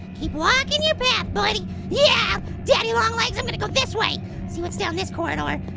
keep walkin' your path, buddy. yeah, daddy long legs, i'm gonna this way. see what's down this corridor.